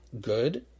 good